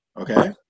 okay